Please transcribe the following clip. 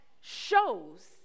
shows